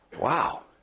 Wow